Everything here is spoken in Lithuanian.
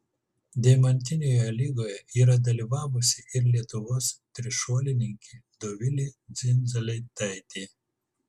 deimantinėje lygoje yra dalyvavusi ir lietuvos trišuolininkė dovilė dzindzaletaitė